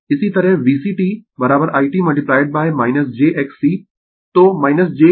इसी तरह VC t i t j X C